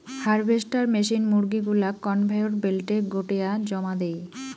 harvester machine মুরগী গুলাক conveyor বেল্টে গোটেয়া জমা দেই